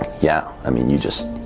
yeah i mean you just